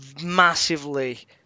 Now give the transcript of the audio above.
massively